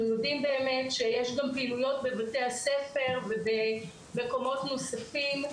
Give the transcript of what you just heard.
יודעים באמת שיש גם פעילויות בבתי הספר ובמקומות נוספים.